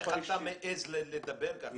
איך אתה מעז לדבר ככה?